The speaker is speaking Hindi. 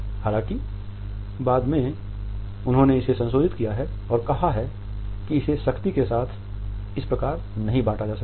हालांकि बाद में उन्होंने इसे संशोधित किया है और कहा है कि इसे सख्ती के साथ इस प्रकार नहीं बाँटा जा सकता है